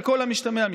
על כל המשתמע מכך".